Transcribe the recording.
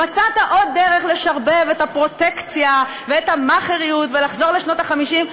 מצאת עוד דרך לשרבב את הפרוטקציה ואת ה"מאכעריות" ולחזור לשנות ה-50.